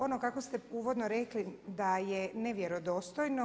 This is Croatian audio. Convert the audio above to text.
Ono kako ste uvodno rekli da je nevjerodostojno.